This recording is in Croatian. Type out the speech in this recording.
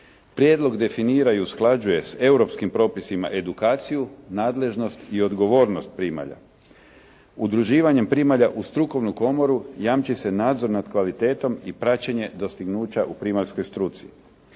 Prijedlog definira i usklađuje s europskim propisima edukaciju, nadležnost i odgovornost primalja. Udruživanjem primalja u strukovnu komoru jamči se nadzor nad kvalitetom i praćenje dostignuća u primaljskoj struci.